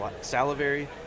salivary